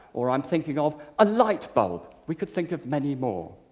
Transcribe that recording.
or i'm thinking of a light bulb, we could think of many more.